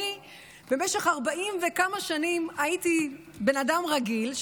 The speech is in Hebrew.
אני במשך 40 וכמה שנים הייתי בן אדם רגיל,